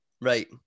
Right